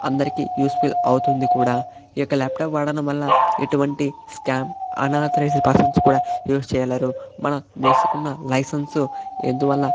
అందరికీ useful అవుతుంది కూడా ఈ యొక్క ల్యాప్టాప్ వా డడం వల్ల ఎటువంటి స్కామ్ అన్ఆథరైజ్డి పర్ఫామెన్స్ కూడా యూజ్ చేయగలరు మన వేసుకున్న లైసెన్సు ఎందువల్ల